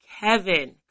Kevin